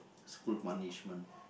school punishment